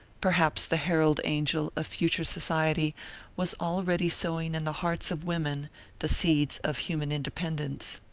perhaps the herald angel of future society was already sowing in the hearts of women the seeds of human independence.